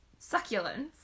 succulents